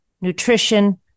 nutrition